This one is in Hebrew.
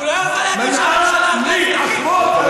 תודה,